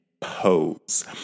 Pose